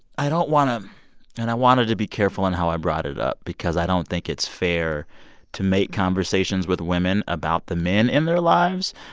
i don't want to and i wanted to be careful in how i brought it up because i don't think it's fair to make conversations with women about the men in their lives.